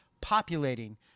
populating